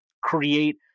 create